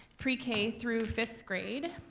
pre k through fifth grade.